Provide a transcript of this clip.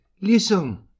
Listen